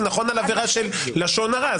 זה נכון על עבירה של לשון הרע.